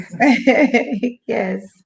yes